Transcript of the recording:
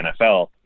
NFL